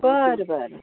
बरं बरं